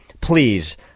please